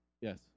Yes